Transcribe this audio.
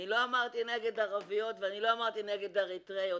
אני לא אמרתי נגד ערביות ואני לא אמרתי נגד אריתריאיות,